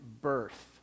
birth